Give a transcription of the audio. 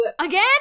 Again